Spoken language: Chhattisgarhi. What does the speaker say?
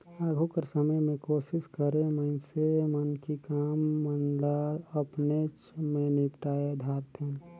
आघु कर समे में कोसिस करें मइनसे मन कि काम मन ल अपनेच ले निपटाए धारतेन